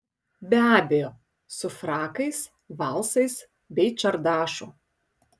be abejo su frakais valsais bei čardašu